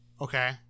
Okay